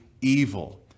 evil